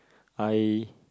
I